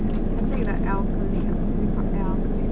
using the acrylic ah is it called acrylic